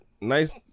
nice